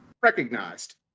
Recognized